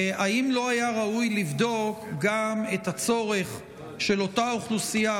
האם לא היה ראוי לבדוק גם את הצורך של אותה אוכלוסייה,